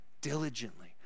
Diligently